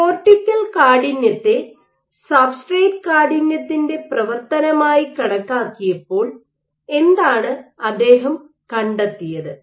cortical കാഠിന്യത്തെ substrate കാഠിന്യത്തിന്റെ പ്രവർത്തനമായി കണക്കാക്കിയപ്പോൾ എന്താണ് അദ്ദേഹം കണ്ടെത്തിയത്